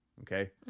Okay